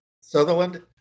Sutherland